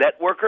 networker